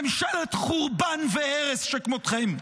ממשלת חורבן והרס שכמותכם.